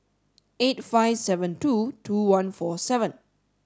eight five seven two two one four seven